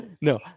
no